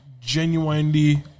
genuinely